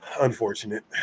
Unfortunate